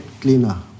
cleaner